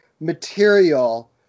material